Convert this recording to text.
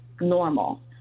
normal